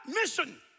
mission